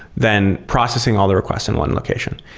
than processing all the requests in one location.